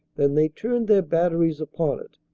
than they turned their batteries upon it,